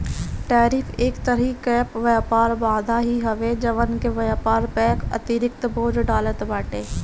tariff एक तरही कअ व्यापारिक बाधा ही हवे जवन की व्यापार पअ अतिरिक्त बोझ डालत बाटे